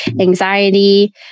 anxiety